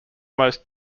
most